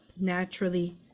naturally